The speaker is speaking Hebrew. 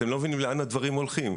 אתם לא מבינים לאן הדברים הולכים.